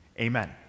Amen